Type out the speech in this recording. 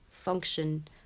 Function